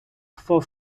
for